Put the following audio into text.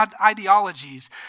ideologies